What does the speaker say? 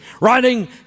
writing